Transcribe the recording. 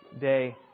day